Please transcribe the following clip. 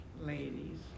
ladies